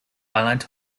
island